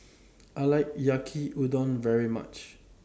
I like Yaki Udon very much